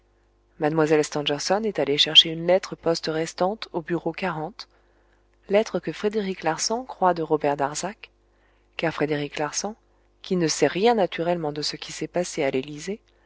mlle stangerson est allée chercher une lettre poste restante au bureau lettre que frédéric larsan croit de robert darzac car frédéric larsan qui ne sait rien naturellement de ce qui s'est passé à l'élysée